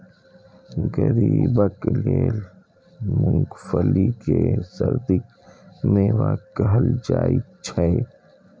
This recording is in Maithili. गरीबक लेल मूंगफली कें सर्दीक मेवा कहल जाइ छै